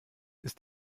ist